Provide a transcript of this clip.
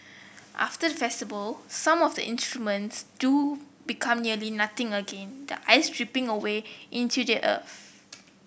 after the festival some of the instruments do become nearly nothing again the ice dripping away into the earth